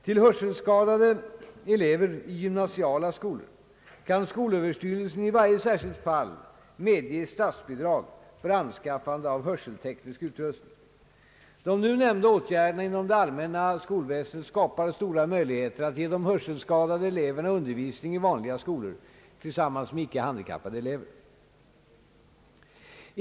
Till hörselskadade elever i gymnasiala skolor kan skolöverstyrelsen i varje särskilt fall medge stats bidrag för anskaffande av hörselteknisk utrustning. De nu nämnda åtgärderna inom det allmänna skolväsendet skapar stora möjligheter att ge de hörselskadade eleverna undervisning i vanliga skolor tillsammans med icke-handikappade ungdomar.